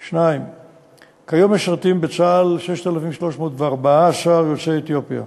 2. כיום משרתים בצה"ל 6,314 יוצאי אתיופיה,